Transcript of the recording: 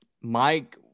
Mike